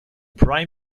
prime